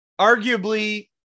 arguably